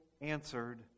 answered